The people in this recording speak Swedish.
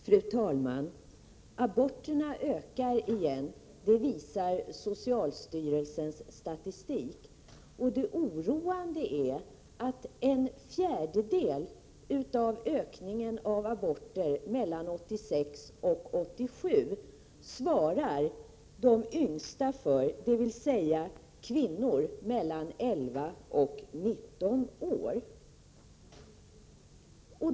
Fru talman! Antalet aborter ökar igen — det visar socialstyrelsens statistik. Det oroande är att en fjärdedel av ökningen av antalet aborter mellan 1986 och 1987 svarar de yngsta för, dvs. kvinnor mellan 11 och 19 år.